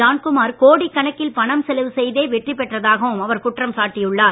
ஜான்குமார் கோடிக் கணக்கில் பணம் செலவு செய்தே வெற்றி பெற்றதாகவும் அவர் குற்றம் சாட்டியுள்ளார்